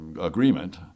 agreement